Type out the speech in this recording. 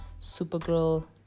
supergirl